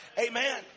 Amen